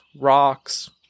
rocks